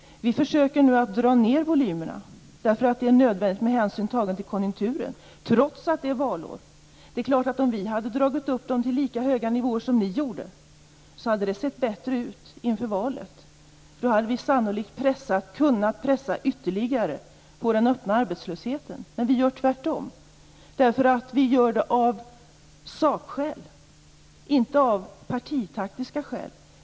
Vi försöker nu, trots att det är valår, att dra ned volymerna, eftersom det är nödvändigt med hänsyn till konjunkturen. Om vi hade dragit upp dem till lika höga nivåer som ni, hade det naturligtvis sett bättre ut inför valet. Då hade vi sannolikt kunnat pressa ytterligare på den öppna arbetslösheten. Men vi gör det tvärtom. Vi gör nämligen detta av sakskäl, inte av partitaktiska skäl.